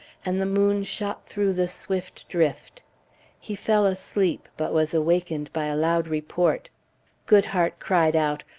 and the moon shot through the swift drift he fell asleep, but was awakened by a loud report goodhart cried out,